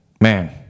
man